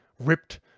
ripped